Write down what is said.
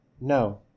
No